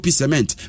cement